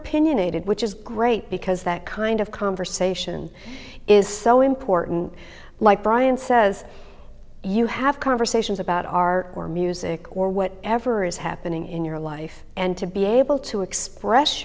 opinionated which is great because that kind of conversation is so important like brian says you have conversations about our music or what ever is happening in your life and to be able to express